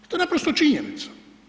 To je naprosto činjenica.